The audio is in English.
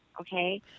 okay